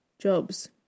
jobs